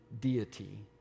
deity